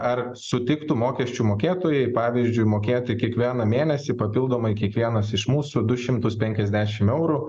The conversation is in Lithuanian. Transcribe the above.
ar sutiktų mokesčių mokėtojai pavyzdžiui mokėti kiekvieną mėnesį papildomai kiekvienas iš mūsų du šimtus penkiasdešimt eurų